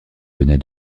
venait